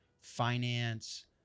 finance